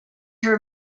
her